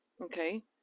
okay